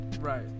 Right